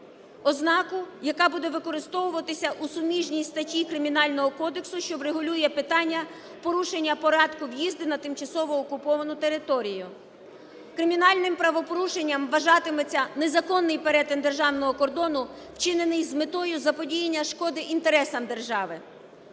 ознаку, яка буде використовуватися у суміжній статті Кримінального кодексу, що врегулює питання порушення порядку в'їзду на тимчасово окуповану територію. Кримінальним правопорушенням вважатиметься незаконний перетин державного кордону, вчинений з метою заподіяння шкоди інтересам держави.